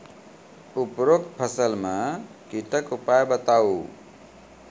उपरोक्त फसल मे कीटक उपाय बताऊ?